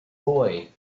boy